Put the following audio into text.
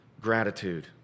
gratitude